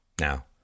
Now